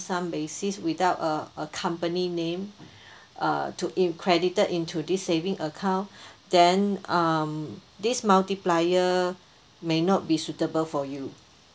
sum basis without a a company name uh to be credited into this saving account then um this multiplier may not be suitable for you